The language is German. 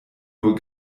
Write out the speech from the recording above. nur